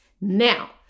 Now